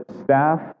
staff